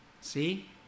See